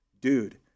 dude